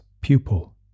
Pupil